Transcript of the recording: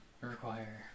require